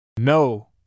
No